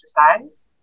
exercise